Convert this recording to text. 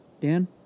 Dan